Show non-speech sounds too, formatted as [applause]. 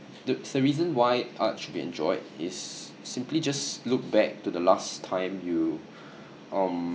the reason why art should be enjoyed is simply just look back to the last time you [breath] um